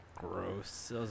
gross